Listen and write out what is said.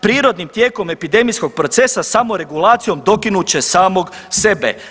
Prirodnim tijekom epidemijskog procesa samoregulacijom dokinut će samog sebe.